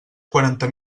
quaranta